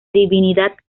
divinidad